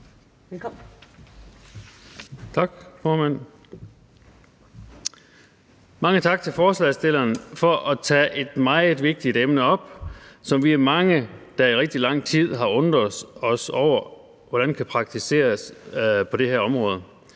Mange tak til forslagsstillerne for at tage et meget vigtigt emne op, og vi er mange, der i rigtig lang tid har undret os over, hvordan der praktiseres på det her område.